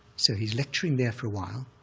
so he's lecturing there for a while,